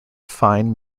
fine